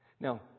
Now